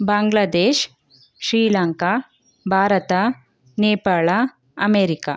Bangladesh Sri Lanka Bharat Nepal America